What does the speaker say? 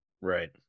Right